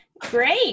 Great